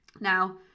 Now